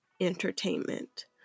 entertainment